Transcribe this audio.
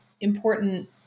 important